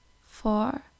four